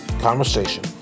conversation